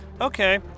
Okay